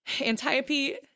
Antiope